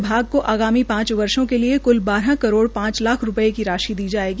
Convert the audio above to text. विभाग को आगामी पांच वर्षो के लिए क्ल बारह करोड़ पाच लाख रूपये की राशि दी जायेगी